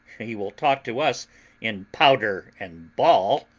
he will talk to us in powder and ball,